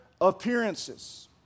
appearances